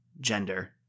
Gender